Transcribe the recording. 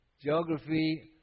Geography